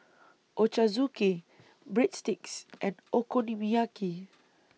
Ochazuke Breadsticks and Okonomiyaki